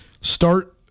start